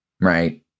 right